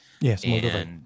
Yes